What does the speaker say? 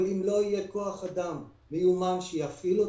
אבל אם לא יהיה כוח אדם מיומן שיפעיל אותו,